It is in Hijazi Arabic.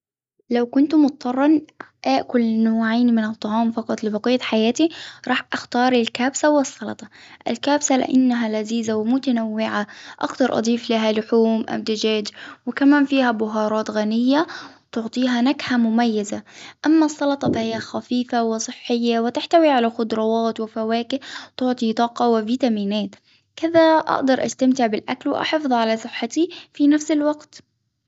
لو كنت مضطرا آكل نوعين من الطعام فقط لبقية حياتي، راح أختار الكبسة والسلطة. الكبسة لأنها لذيذة ومتنوعة، أقدر أضيف لها لحوم أو دجاج، وكمان فيها بهارات غنية، تعطيها نكهة مميزة.، أما السلطة فهي خفيفة وصحية وتحتوي علي خضروات وفواكهه تعطي طاقة وفيتامينات كذا أقدر أستمتع بالأكل وأحافظ علي صحتي في نفس الوقت.